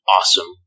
awesome